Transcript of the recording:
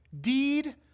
deed